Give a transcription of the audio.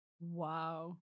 Wow